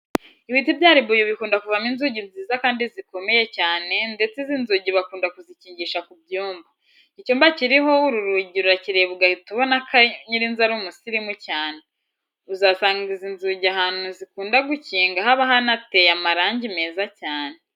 Ibiti bya ribuyu bikunda kuvamo inzugi nziza kandi zikomeye cyane ndetse izi nzugi bakunda kuzikingisha ku byumba. Icyumba kiriho uru rugi urakireba ugahita ubona ko nyir'inzu ari umusirimu cyane. Uzasanga izi nzugi ahantu zikunda gukinga haba hanateye amarangi meza cyane.